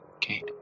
Kate